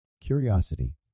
Curiosity